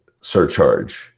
surcharge